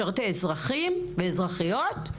משרתי אזרחים ואזרחיות,